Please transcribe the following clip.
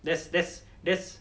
that's that's that's